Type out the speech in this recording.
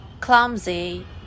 Clumsy